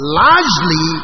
largely